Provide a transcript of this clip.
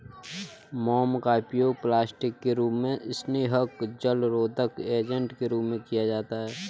मोम का उपयोग प्लास्टिक के रूप में, स्नेहक, जलरोधक एजेंट के रूप में किया जाता है